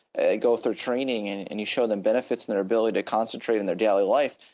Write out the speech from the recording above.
and they go through training and and you show them benefits and their ability to concentrate in their daily life,